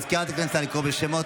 סגנית מזכיר הכנסת, נא לקרוא בשמות.